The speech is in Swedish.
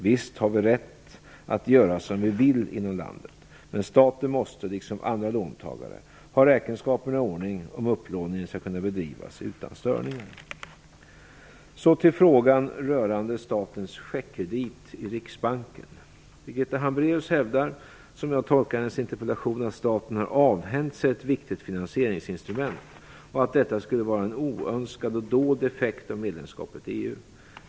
Visst har vi rätt att göra som vi vill inom landet, men staten måste liksom alla andra låntagare ha räkenskaperna i ordning om upplåningen skall kunna bedrivas utan störningar. Nu till frågan rörande statens checkräkningskredit i Riksbanken. Birgitta Hambraeus hävdar, som jag tolkar hennes interpellation, att staten har avhänt sig ett viktigt finansieringsinstrument, och att detta skulle vara en oönskad och dold effekt av medlemskapet i EU.